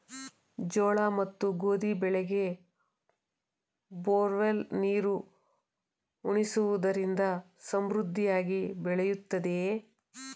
ಜೋಳ ಮತ್ತು ಗೋಧಿ ಬೆಳೆಗೆ ಬೋರ್ವೆಲ್ ನೀರು ಉಣಿಸುವುದರಿಂದ ಸಮೃದ್ಧಿಯಾಗಿ ಬೆಳೆಯುತ್ತದೆಯೇ?